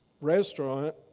restaurant